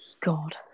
God